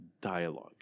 dialogue